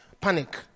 panic